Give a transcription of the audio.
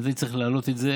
לדעתי צריך להעלות את זה